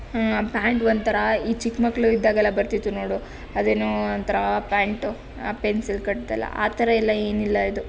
ಹಾಂ ಆ ಪ್ಯಾಂಟ್ ಒಂಥರ ಈ ಚಿಕ್ಕ ಮಕ್ಕಳು ಇದ್ದಾಗೆಲ್ಲ ಬರ್ತಿತ್ತು ನೋಡು ಅದೇನೋ ಒಂಥರ ಪ್ಯಾಂಟ್ ಪೆನ್ಸಿಲ್ ಕಟ್ದೆಲ್ಲ ಆ ಥರ ಎಲ್ಲ ಏನಿಲ್ಲ ಅದು